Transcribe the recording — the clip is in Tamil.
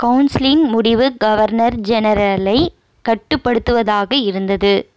கவுன்சிலின் முடிவு கவர்னர் ஜெனரலை கட்டுப்படுத்துவதாக இருந்தது